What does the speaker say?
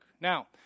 Now